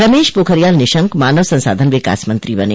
रमेश पोखरियाल निशंक मानव संसाधन विकास मंत्री बन